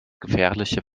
gefährliche